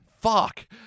Fuck